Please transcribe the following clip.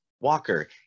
Walker